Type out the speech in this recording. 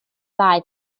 ddau